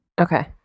Okay